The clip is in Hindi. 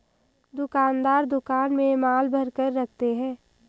दुकानदार दुकान में माल भरकर रखते है